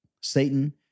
Satan